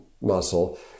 muscle